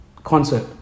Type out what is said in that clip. concert